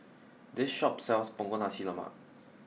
this shop sells Punggol Nasi Lemak